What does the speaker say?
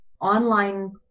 online